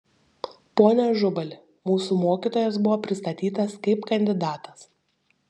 pone ažubali mūsų mokytojas buvo pristatytas kaip kandidatas